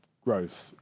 growth